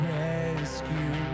rescue